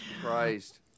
Christ